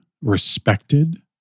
respected